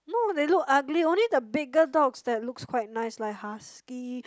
no they look ugly only the bigger dogs that looks quite nice like husky